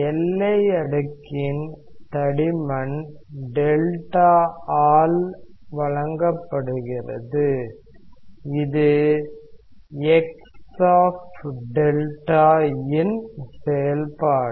எல்லை அடுக்கின் தடிமன் 𝛅 ஆல் வழங்கப்படுகிறது இது x 𝛅 இன் செயல்பாடு